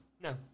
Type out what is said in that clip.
No